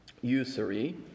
usury